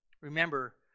remember